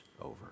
over